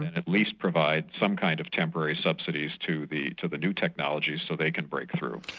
at least provide some kind of temporary subsidies to the to the new technologies so they can break through.